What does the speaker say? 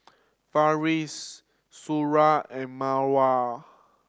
Farish Suria and Mawar